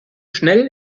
schnell